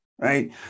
right